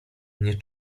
nie